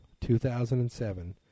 2007